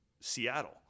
Seattle